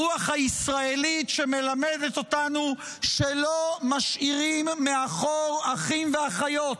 הרוח הישראלית שמלמדת אותנו שלא משאירים מאחור אחים ואחיות,